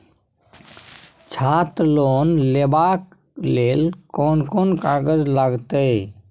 छात्र लोन लेबाक लेल कोन कोन कागज लागतै?